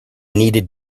needed